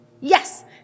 Yes